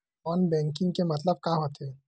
Non banking के मतलब का होथे?